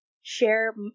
share